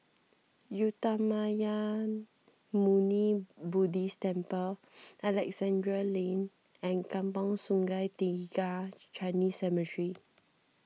Uttamayanmuni Buddhist Temple Alexandra Lane and Kampong Sungai Tiga Chinese Cemetery